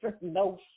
no